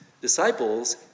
disciples